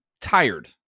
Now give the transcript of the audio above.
tired